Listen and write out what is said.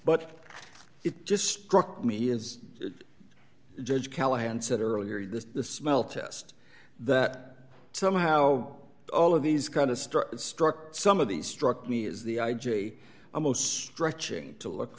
but it just struck me as judge callahan said earlier this the smell test that somehow all of these kind of struck some of these struck me as the i j a most stretching to look